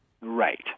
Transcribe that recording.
Right